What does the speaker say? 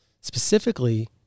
specifically